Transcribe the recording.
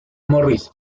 morris